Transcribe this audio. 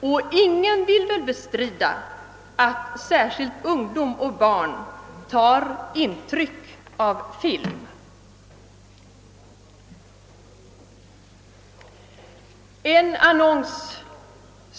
Och ingen vill väl bestrida, att särskilt ungdom och barn tar intryck av film.